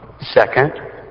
Second